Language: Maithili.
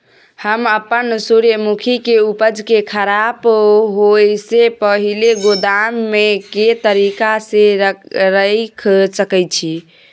हम अपन सूर्यमुखी के उपज के खराब होयसे पहिले गोदाम में के तरीका से रयख सके छी?